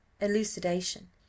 elucidation